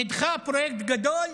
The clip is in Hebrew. נדחה פרויקט גדול,